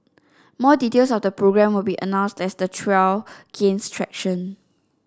more details of the programme will be announced as the trial gains traction